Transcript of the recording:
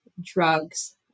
drugs